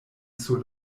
sur